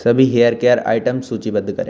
सभी hair care items सूचीबद्ध करें